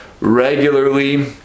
regularly